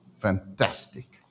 Fantastic